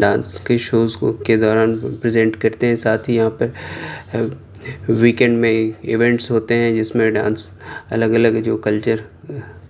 dance کے shows کو کے دوران پریزنٹ کرتے ہیں ساتھ ہی یہاں پر ویک انڈ میں ایونٹس ہوتے ہیں جس میں ڈانس الگ الگ جو کلچر